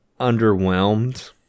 underwhelmed